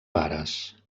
pares